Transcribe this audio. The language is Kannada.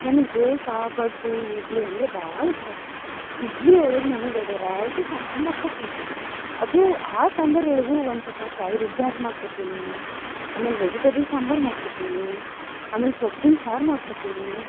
ನನಗೆ ದೋಸೆ ಪಡ್ಡು ಇಡ್ಲಿ ಅಂದ್ರೆ ಭಾಳ ಇಷ್ಟ ರೀ ಇಡ್ಲಿ ಒಳಗೆ ನನಗೆ ವೆರೈಟಿ ಸಾಂಬರ್ ಮಾಡ್ಕೊತಿನ್ರೀ ಅದು ಆ ಸಾಂಬರ್ ಒಳ್ಗೂ ಒಂದ್ಸತ ಕಾಯಿ ರುಬ್ಬಿ ಹಾಕಿ ಮಾಡ್ಕೊತಿನಿ ಆಮೇಲೆ ವೆಜಿಟೇಬಲ್ ಸಾಂಬರ್ ಮಾಡ್ಕೊತಿನಿ ಆಮೇಲೆ ಸೊಪ್ಪಿನ ಸಾರು ಮಾಡ್ಕೊತೀನಿ